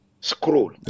scroll